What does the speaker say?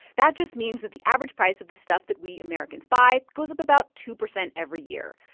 that just means that the average price of the stuff that we americans buy goes up about two percent every year.